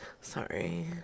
Sorry